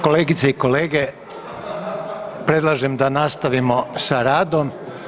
Kolegice i kolege, predlažem da nastavimo sa radom.